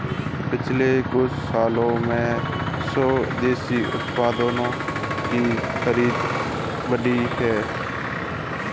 पिछले कुछ सालों में स्वदेशी उत्पादों की खरीद बढ़ी है